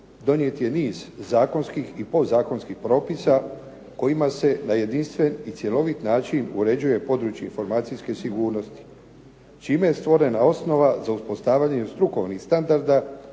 donijet je niz zakonskih i podzakonskih propisa kojima se na jedinstven i cjelovit način uređuje područje informacijske sigurnosti čime je stvorena osnova za uspostavljena strukovnih standarda